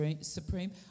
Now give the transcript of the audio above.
supreme